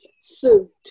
suit